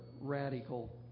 radical